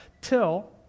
till